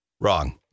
Wrong